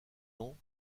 ans